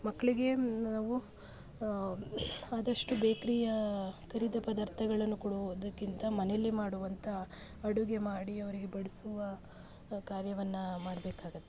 ಮಕ್ಕಳಿಗೆ ನಾವು ಆದಷ್ಟು ಬೇಕ್ರಿಯ ಕರಿದ ಪದಾರ್ಥಗಳನ್ನು ಕೊಡುವುದಕ್ಕಿಂತ ಮನೇಲೆ ಮಾಡುವಂಥ ಅಡುಗೆ ಮಾಡಿ ಅವರಿಗೆ ಬಡಿಸುವ ಕಾರ್ಯವನ್ನು ಮಾಡಬೇಕಾಗತ್ತೆ